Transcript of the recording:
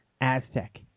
Aztec